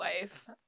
life